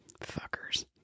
fuckers